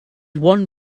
one